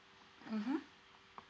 mmhmm